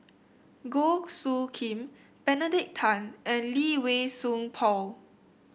Goh Soo Khim Benedict Tan and Lee Wei Song Paul